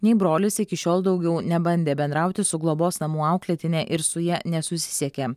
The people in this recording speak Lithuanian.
nei brolis iki šiol daugiau nebandė bendrauti su globos namų auklėtine ir su ja nesusisiekė